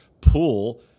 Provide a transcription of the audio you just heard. pool